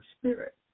spirit